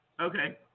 Okay